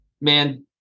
Man